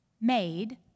made